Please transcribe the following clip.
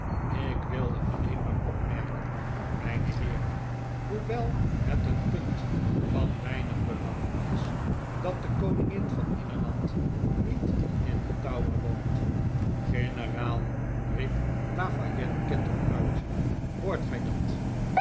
ik wilde alleen maar opmerken mijne heeren hoewel het een punt van weinig belang is dat de koningin van engeland niet in den tower woont generaal riep lafayette kettle uit hoort gij dat